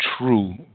true